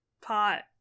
pot